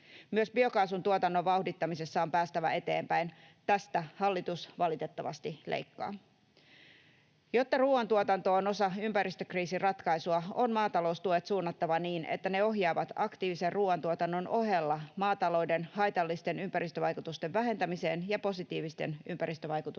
Myös biokaasun tuotannon vauhdittamisessa on päästävä eteenpäin. Tästä hallitus valitettavasti leikkaa. Jotta ruoantuotanto on osa ympäristökriisin ratkaisua, on maataloustuet suunnattava niin, että ne ohjaavat aktiivisen ruoantuotannon ohella maatalouden haitallisten ympäristövaikutusten vähentämiseen ja positiivisten ympäristövaikutusten vahvistamiseen.